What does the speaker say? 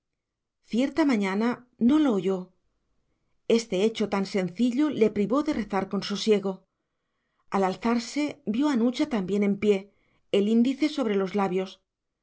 cierta mañana no lo oyó este hecho tan sencillo le privó de rezar con sosiego al alzarse vio a nucha también en pie el índice sobre los labios